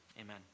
Amen